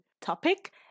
topic